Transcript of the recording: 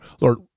Lord